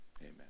Amen